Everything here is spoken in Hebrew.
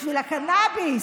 בשביל הקנביס.